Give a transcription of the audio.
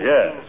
Yes